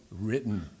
written